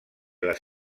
les